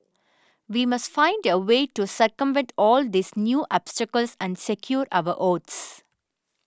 we must find a way to circumvent all these new obstacles and secure our votes